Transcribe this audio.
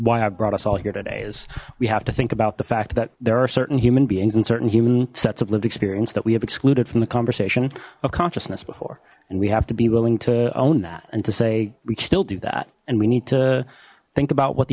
why i've brought us all here today is we have to think about the fact that there are certain human beings and certain human sets of lived experience that we have excluded from the conversation of consciousness before and we have to be willing to own that and to say we still do that and we need to think about what the